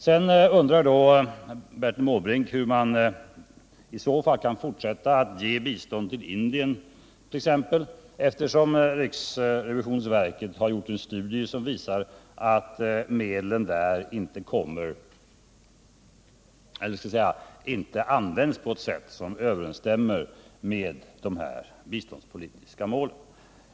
Sedan undrar Bertil Måbrink hur vi kan fortsätta att ge bistånd till Indien, eftersom riksrevisionsverket gjort en studie som visar att medlen inte används på ett sätt som överensstämmer med våra biståndspolitiska mål.